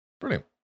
Brilliant